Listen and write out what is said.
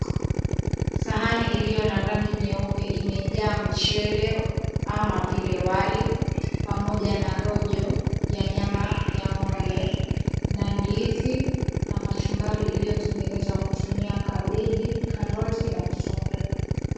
Sahani iliyo na rangi nyeupe imejaa mchele ama vile wali, pamoja na rojo ya nyama ya ng'ombe na ndizi na kachumbari iliyotengenezwa kutumia kabegi, karoti na kitunguu.